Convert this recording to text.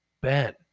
Ben